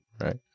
right